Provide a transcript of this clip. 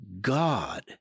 God